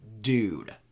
dude